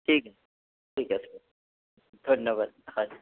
ঠিক আছে ঠিক আছে ধন্যবাদ হয়